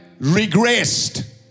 regressed